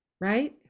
right